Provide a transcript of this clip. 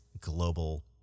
global